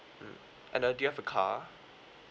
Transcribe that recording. mm and uh do you have a car